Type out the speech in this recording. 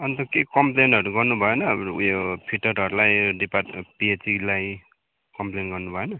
अन्त केही कम्प्लेनहरू गर्नुभएन उ यो फिटरहरूलाई डिपार्ट पिएचईलाई कम्प्लेन गर्नुभएन